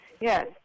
Yes